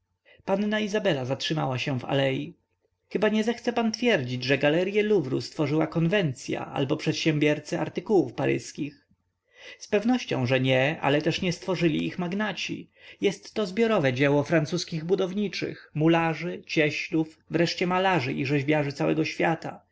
panna izabela zatrzymała się w alei chyba nie zechce pan twierdzić że galerye luwru stworzyła konwencya albo przedsiębiercy artykułów paryskich zpewnością że nie ale też nie stworzyli ich magnaci jestto zbiorowe dzieło francuskich budowniczych mularzy cieślów wreszcie malarzy i rzeźbiarzy całego świata